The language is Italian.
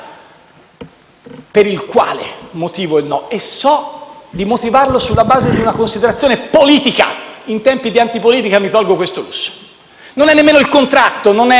per il quale motivo il no, e so di motivarlo sulla base di una considerazione politica (in tempi di antipolitica mi concedo questo lusso): non è nemmeno il contratto, non è il